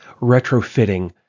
retrofitting